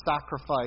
sacrifice